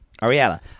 Ariella